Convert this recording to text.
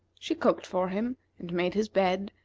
she cooked for him, and made his bed,